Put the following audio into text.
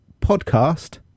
podcast